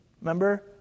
Remember